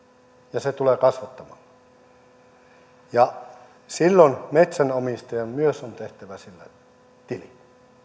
ja se tulee kasvattamaan silloin metsänomistajan myös on tehtävä sillä tili